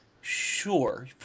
Sure